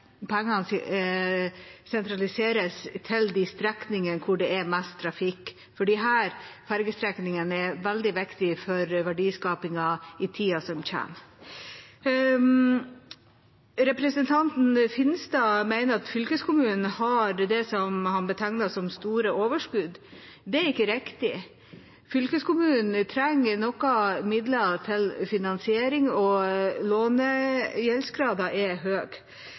veldig viktige for verdiskapingen i tida som kommer. Representanten Finstad mener at fylkeskommunen har det han betegnet som «store overskudd». Det er ikke riktig. Fylkeskommunen trenger noe midler til finansiering, og lånegjeldsgraden er